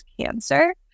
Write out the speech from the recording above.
cancer